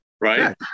right